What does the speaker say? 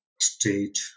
state